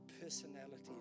personality